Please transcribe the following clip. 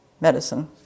Medicine